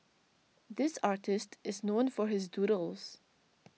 this artist is known for his doodles